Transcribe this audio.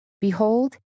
Behold